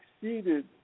succeeded